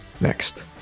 Next